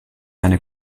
eine